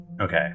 Okay